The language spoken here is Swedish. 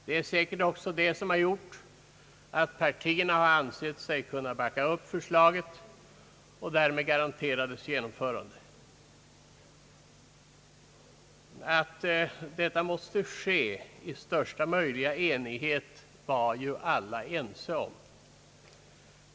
Det är säkert detta som gjort, att partierna har ansett sig kunna backa upp förslaget — och därmed garanterades genomförandet. Att beslutet måste ske i största möjliga enighet var ju alla ense om.